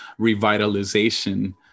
revitalization